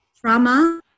trauma